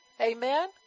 Amen